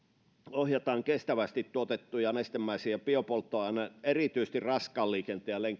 ohjataan kestävästi tuotettuja nestemäisiä biopolttoaineita erityisesti raskaan liikenteen ja